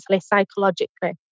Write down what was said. psychologically